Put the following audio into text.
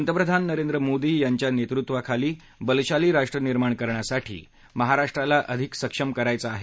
पंतप्रधान नरेंद्र मोदी यांच्या नेतृत्वाखाली बलशाली राष्ट्र निर्माण करण्यासाठी महाराष्ट्राला अधिक सक्षम करायचं आहे